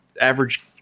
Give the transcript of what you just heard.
average